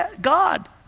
God